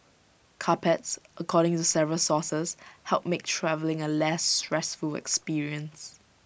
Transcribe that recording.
carpets according to several sources help make travelling A less stressful experience